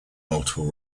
multiple